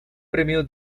premio